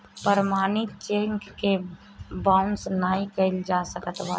प्रमाणित चेक के बाउंस नाइ कइल जा सकत बाटे